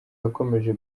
yakomeje